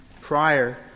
prior